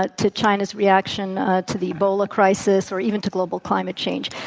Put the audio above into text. ah to china's reaction to the ebola crisis or even to global climate change,